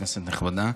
כנסת נכבדה,